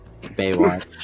...Baywatch